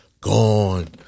gone